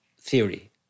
theory